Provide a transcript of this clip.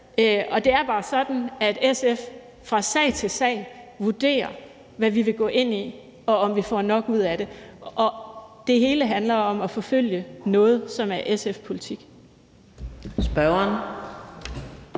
Og det er bare sådan, at SF fra sag til sag vurderer, hvad vi vil gå ind i, og om vi får nok ud af det, og det hele handler om at forfølge noget, som er SF-politik. Kl.